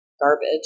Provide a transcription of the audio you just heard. garbage